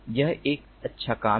यह एक अच्छा काम है